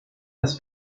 das